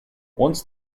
once